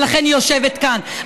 ולכן היא יושבת כאן.